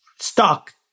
stuck